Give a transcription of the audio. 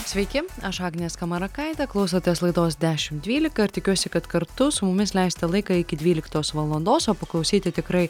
sveiki aš agnė skamarakaitė klausotės laidos dešimt dvylika ir tikiuosi kad kartu su mumis leisite laiką iki dvyliktos valandos o paklausyti tikrai